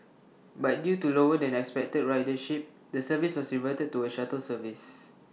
but due to lower than expected ridership the service was reverted to A shuttle service